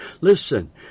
Listen